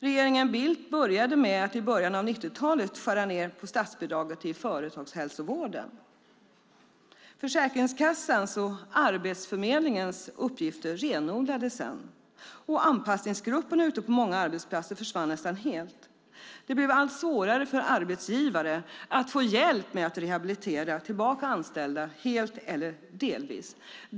Regeringen Bildt började med att i början av 90-talet skära ned på statsbidraget till företagshälsovården. Försäkringskassans och Arbetsförmedlingens uppgifter renodlades sedan, och anpassningsgrupperna ute på många arbetsplatser försvann nästan helt. Det blev allt svårare för arbetsgivare att få hjälp med att rehabilitera tillbaka anställda helt eller delvis.